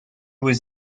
was